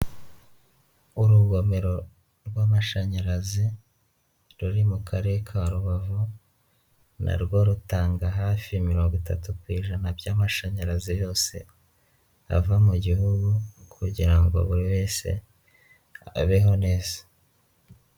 Urugomero rw'amashanyarazi ruri mu Karere ka Rubavu, na rwowo rutanga hafi mirongo itatu ku ijana by'amashanyarazi yose ava mu gihugu, kugira ngo buri wese abeho neza.